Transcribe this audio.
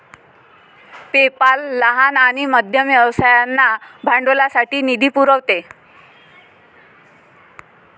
PayPal लहान आणि मध्यम व्यवसायांना भांडवलासाठी निधी पुरवते